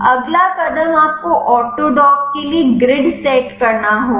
अगला कदम आपको ऑटोडॉक के लिए ग्रिड सेट करना होगा